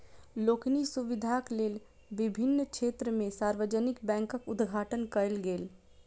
लोकक सुविधाक लेल विभिन्न क्षेत्र में सार्वजानिक बैंकक उद्घाटन कयल गेल